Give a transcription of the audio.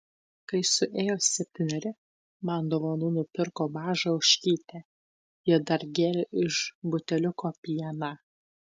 kai suėjo septyneri man dovanų nupirko mažą ožkytę ji dar gėrė iš buteliuko pieną